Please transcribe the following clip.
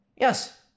yes